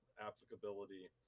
applicability